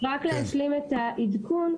רק להשלים את העדכון,